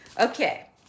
Okay